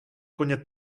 koně